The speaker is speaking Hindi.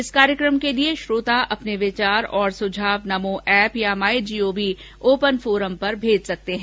इस कार्यक्रम के लिये श्रोता अपने विचार और सुझाव नमो ऐप या माई जीओवी ओपन फोरम पर भेज सकते हैं